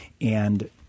And-